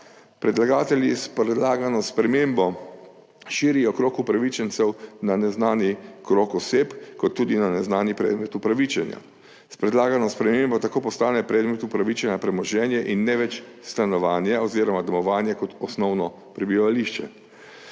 Predlagatelji s predlagano spremembo širijo krog upravičencev na neznani krog oseb, kot tudi na neznani predmet upravičenja. S predlagano spremembo tako postane predmet upravičenja premoženje in ne več stanovanje oziroma domovanje kot osnovno prebivališče.